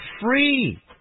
free